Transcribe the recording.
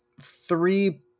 three